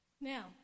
Now